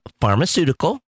pharmaceutical